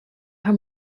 her